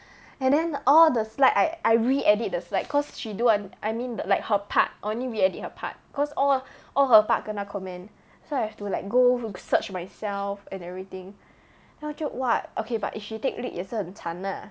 and then all the slide I I re-edit the slide cause she do unti~ I mean like her part only re-edit her part cause all all her part kena comment so I have to like go to search myself and everything then 我就 what okay but if she take lead 也是很惨 ah